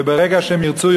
וברגע שהם ירצו,